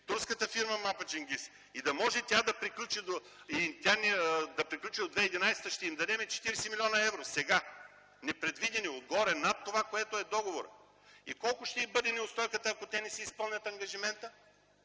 турската фирма „Мапа-Ченгиз”, и за да може тя да приключи до 2011 г. ще им дадем 40 млн. евро, сега, непредвидени, отгоре над това, което е договорът. И колко ще им бъде неустойката, ако те не си изпълнят ангажимента?